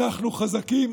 אנחנו חזקים